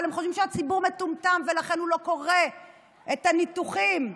אבל הם חושבים שהציבור מטומטם ולכן הוא לא קורא את הניתוחים: